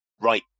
right